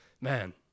man